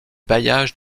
bailliage